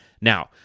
Now